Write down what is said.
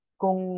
kung